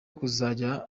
kuzajya